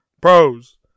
Pros